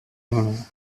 evening